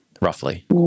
roughly